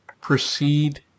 proceed